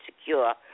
secure